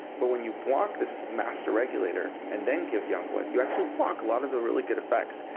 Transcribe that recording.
but when you block this master regulator and then give young blood, you actually block a lot of the really good effects.